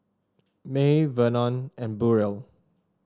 May Vernon and Burrel